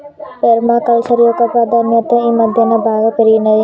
పేర్మ culture యొక్క ప్రాధాన్యత ఈ మధ్యన బాగా పెరిగినాది